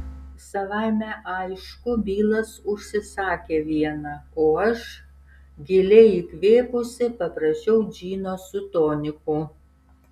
savaime aišku bilas užsisakė vieną o aš giliai įkvėpusi paprašiau džino su toniku